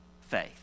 faith